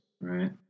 right